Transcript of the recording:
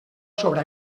sobre